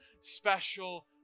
special